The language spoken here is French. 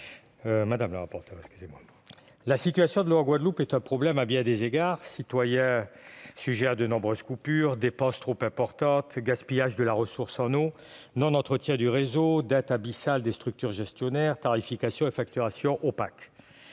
mes chers collègues, la situation de l'eau en Guadeloupe est un problème à bien des égards : citoyens sujets à de nombreuses coupures d'approvisionnement, dépenses trop importantes, gaspillage de la ressource en eau, non-entretien du réseau, dette abyssale des structures gestionnaires, tarification et facturation opaques,